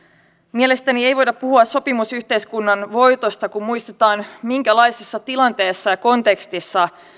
mielestäni ei voida puhua sopimusyhteiskunnan voitosta kun muistetaan minkälaisessa tilanteessa ja kontekstissa